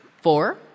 Four